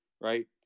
right